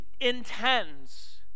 intends